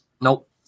Nope